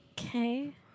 Okay